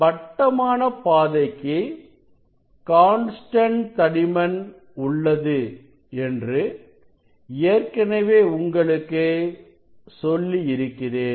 வட்டமான பாதைக்கு கான்ஸ்டன்ட் தடிமன் உள்ளது என்று ஏற்கனவே உங்களுக்கு சொல்லி இருக்கிறேன்